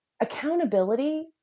accountability